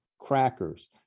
crackers